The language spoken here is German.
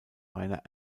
rainer